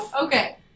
Okay